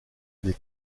des